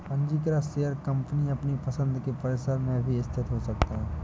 पंजीकृत share company अपनी पसंद के परिसर में भी स्थित हो सकता है